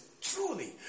Truly